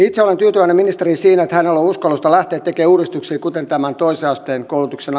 itse olen tyytyväinen ministeriin siinä että hänellä on uskallusta lähteä tekemään uudistuksia kuten tämä toisen asteen koulutuksen